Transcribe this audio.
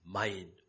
mind